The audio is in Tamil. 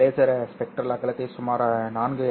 இந்த லேசர் ஸ்பெக்ட்ரல் அகலத்தை சுமார் 4 என்